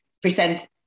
present